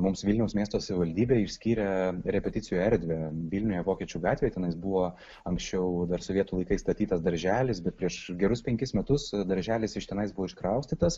mums vilniaus miesto savivaldybė išskyrė repeticijų erdvę vilniuje vokiečių gatvėje tenai buvo anksčiau dar sovietų laikais statytas darželis bet prieš gerus penkis metus darželis iš tenai buvo iškraustytas